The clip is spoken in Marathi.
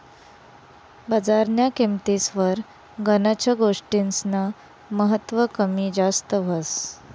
बजारन्या किंमतीस्वर गनच गोष्टीस्नं महत्व कमी जास्त व्हस